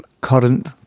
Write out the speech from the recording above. current